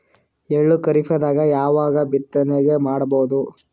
ಎಳ್ಳು ಖರೀಪದಾಗ ಯಾವಗ ಬಿತ್ತನೆ ಮಾಡಬಹುದು?